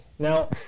Now